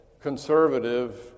conservative